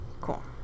Cool